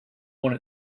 want